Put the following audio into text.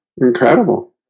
incredible